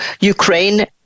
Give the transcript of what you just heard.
ukraine